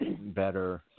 better